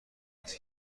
است